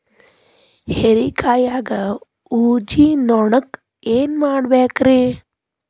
ಹೇರಿಕಾಯಾಗ ಊಜಿ ನೋಣಕ್ಕ ಏನ್ ಮಾಡಬೇಕ್ರೇ?